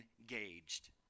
engaged